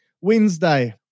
Wednesday